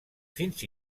fins